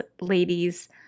ladies